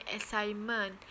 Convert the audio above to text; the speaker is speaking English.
assignment